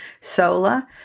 solar